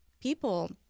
people